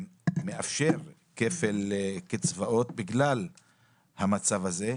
שמאפשר כפל קצבאות בגלל המצב הזה.